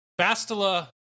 Bastila